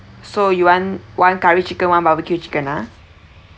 so you want one curry chicken one barbecue chicken ah